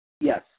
Yes